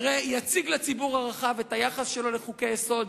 יציג לציבור הרחב את היחס שלו לחוקי-היסוד,